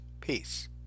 Peace